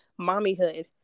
mommyhood